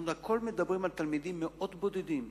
הכול אנחנו מדברים על תלמידים מאוד בודדים,